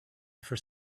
for